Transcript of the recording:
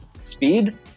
speed